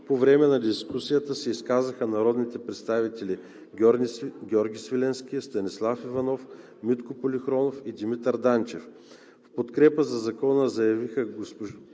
По време на дискусията се изказаха народните представители Георги Свиленски, Станислав Иванов, Митко Полихронов и Димитър Данчев. Подкрепа за Закона заявиха господин